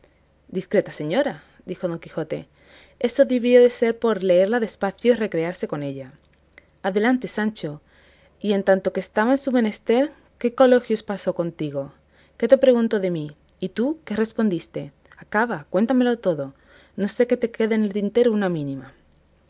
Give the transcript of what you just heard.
discreta señora dijo don quijote eso debió de ser por leerla despacio y recrearse con ella adelante sancho y en tanto que estaba en su menester qué coloquios pasó contigo qué te preguntó de mí y tú qué le respondiste acaba cuéntamelo todo no se te quede en el tintero una mínima